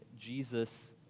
Jesus